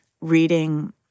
reading